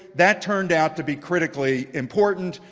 that turned out to be critically important.